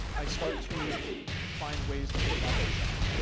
i start to find ways to get it out of my shop.